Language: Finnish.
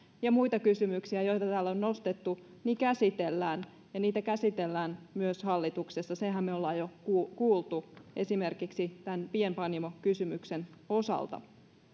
ja muita kysymyksiä joita täällä on nostettu käsitellään ja niitä käsitellään myös hallituksessa senhän me olemme jo kuulleet esimerkiksi tämän pienpanimokysymyksen osalta